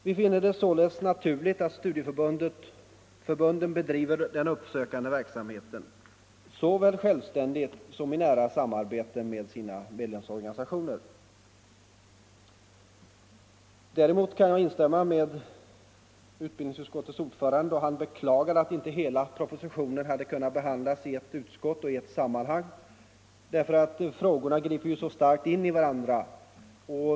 Vi finner det således naturligt att studieförbunden bedriver den uppsökande verksamheten såväl självständigt som i nära samarbete med sina medlemsorganisationer. Däremot kan jag instämma med utbildningsutskottets ordförande när han beklagade att inte hela propositionen hade kunnat behandlas i ert utskott och i ers sammanhang, eftersom frågorna griper så starkt in i varandra.